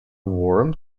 warm